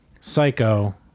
Psycho